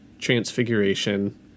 Transfiguration